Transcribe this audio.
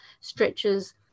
stretches